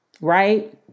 right